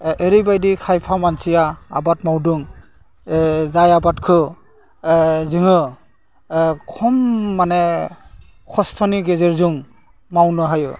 ओरैबायदि खायफा मानसिया आबाद मावदों जाय आबादखौ जोङो खम माने खस्थ'नि गेजेरजों मावनो हायो